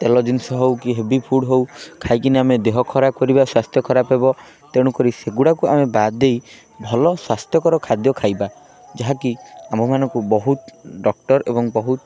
ତେଲ ଜିନିଷ ହଉ କି ହେଭି ଫୁଡ଼ ହଉ ଖାଇକିନି ଆମେ ଦେହ ଖରାପ କରିବା ସ୍ୱାସ୍ଥ୍ୟ ଖରାପ ହେବ ତେଣୁକରି ସେଗୁଡ଼ାକୁ ଆମେ ବାଦ୍ ଦେଇ ଭଲ ସ୍ୱାସ୍ଥ୍ୟକର ଖାଦ୍ୟ ଖାଇବା ଯାହାକି ଆମମାନଙ୍କୁ ବହୁତ ଡକ୍ଟର ଏବଂ ବହୁତ